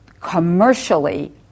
commercially